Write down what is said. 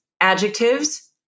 adjectives